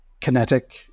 kinetic